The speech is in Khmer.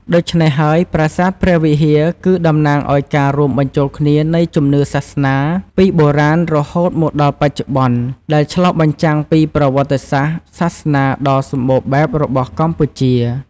ដូច្នេះហើយ ប្រាសាទព្រះវិហារគឺតំណាងឱ្យការរួមបញ្ចូលគ្នានៃជំនឿសាសនាពីបុរាណរហូតមកដល់បច្ចុប្បន្ន ដែលឆ្លុះបញ្ចាំងពីប្រវត្តិសាស្ត្រសាសនាដ៏សម្បូរបែបរបស់កម្ពុជា។។